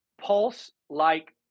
pulse-like